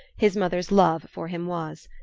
his mother's love for him was.